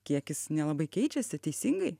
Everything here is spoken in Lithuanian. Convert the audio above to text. kiekis nelabai keičiasi teisingai